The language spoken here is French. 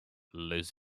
les